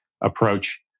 approach